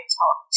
talk